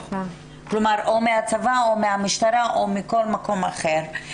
כלומר, מהצבא או מהמשטרה או מכל מקום אחר.